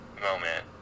Moment